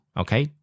okay